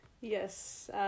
Yes